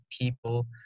people